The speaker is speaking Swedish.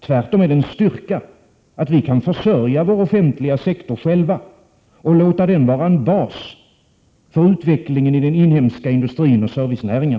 Tvärtom är det en styrka att vi själva 4 maj 1988 kan försörja vår offentiga sektor och låta den vara en bas för utvecklingen av den inhemska industrioch servicenäringen.